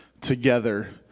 together